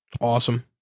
Awesome